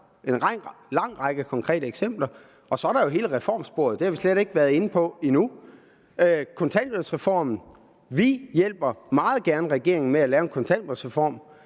en lang række konkrete eksempler. Og så er der jo hele reformsporet – det har vi slet ikke været inde på endnu. Og med hensyn til kontanthjælpsreformen vil jeg sige, at vi meget gerne hjælper regeringen med at lave en kontanthjælpsreform,